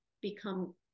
become